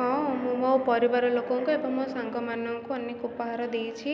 ହଁ ମୁଁ ମୋ ପରିବାର ଲୋକଙ୍କୁ ଏବଂ ମୋ ସାଙ୍ଗମାନଙ୍କୁ ଅନେକ ଉପହାର ଦେଇଛି